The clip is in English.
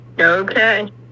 Okay